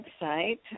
website